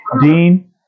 Dean